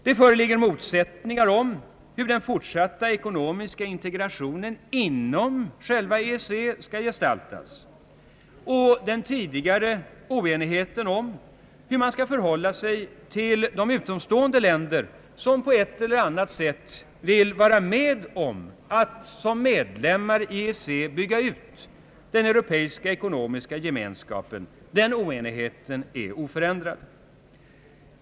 Det föreligger motsättningar om hur den fortsatta ekonomiska integrationen inom EEC självt skall gestaltas. Den tidigare oenigheten om hur man skall förhålla sig till de utomstående länder, som på ett eller annat sätt vill vara med om att som medlemmar i EEC bygga ut den europeiska ekonomiska gemenskapen, är oförändrad.